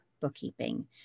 bookkeeping